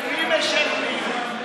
למי משלמים?